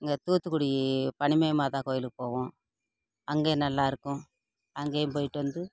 இங்கே தூத்துக்குடி பனிமலை மாதாக்கோவிலுக்கு போவோம் அங்கேயும் நல்லாயிருக்கும் அங்கேயும் போய்ட்டு வந்து